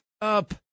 up